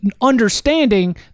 understanding